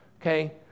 okay